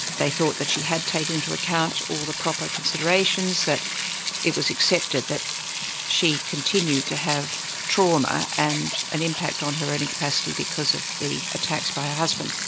they thought that she had taken into account all the proper considerations, that it was accepted that she continued to have trauma and an impact on her earning capacity because of the attacks by her husband.